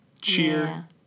Cheer